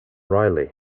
reilly